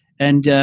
and,